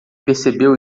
percebeu